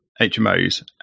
HMOs